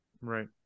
right